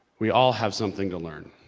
we all have something to learn.